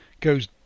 goes